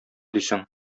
дисең